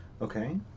Okay